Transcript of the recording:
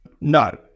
No